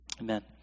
amen